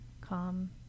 calm